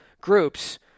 groups